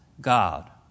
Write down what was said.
God